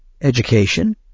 education